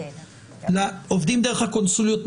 עובדים דרך הקונסוליות,